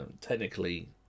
technically